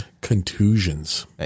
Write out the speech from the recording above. Contusions